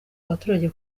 abaturage